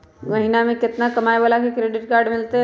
महीना में केतना कमाय वाला के क्रेडिट कार्ड मिलतै?